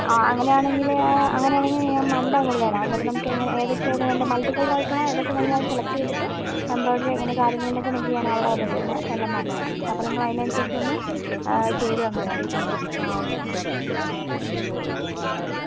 ആ അങ്ങനെയാണെങ്കിൽ അങ്ങനെയാണെങ്കിൽ ഞാൻ മൺഡേ അങ്ങോട്ട് വരാം എന്നിട്ട് നമുക്ക് എങ്ങനെ ഏതൊക്കെയാണ് വേണ്ടത് മൾട്ടി കളർ ആയിട്ടുള്ള ഏതൊക്കെയാണെന്ന് സെലക്റ്റ് ചെയ്തിട്ട് എംബ്രോയിഡറി എങ്ങനെയാണ് കാര്യങ്ങൾ എന്നൊക്കെ നിങ്ങൾക്ക് ഞാൻ അവിടെ വന്നിട്ട് തന്നെ എല്ലാം പറഞ്ഞ് തരാം അപ്പോൾ നിങ്ങൾ അതിനനുസരിച്ച് ഒന്ന് ആ ചെയ്ത് തന്നാൽ മതി കേട്ടോ ആ ഓക്കേ എന്നാൽ ഓക്കെ താങ്ക് യൂ